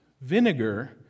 vinegar